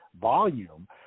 volume